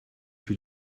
für